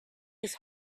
his